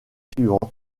suivante